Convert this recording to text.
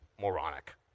moronic